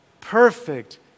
perfect